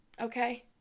Okay